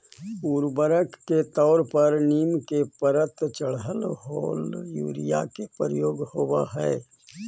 उर्वरक के तौर पर नीम के परत चढ़ल होल यूरिया के प्रयोग होवऽ हई